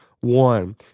one